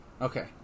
Okay